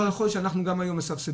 אבל יכול להיות שאנחנו גם היום מסבסדים,